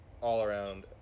all-around